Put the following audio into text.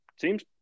seems